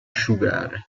asciugare